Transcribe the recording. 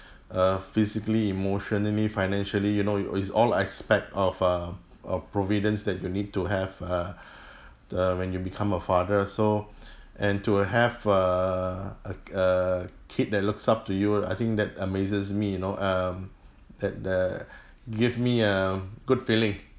uh physically emotionally financially you know you it's all aspect of uh of providence that you need to have uh uh when you become a father so and to have err a err kid that looks up to you I think that amazes me you know um that the give me a good feeling